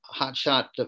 hotshot